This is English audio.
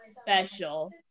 special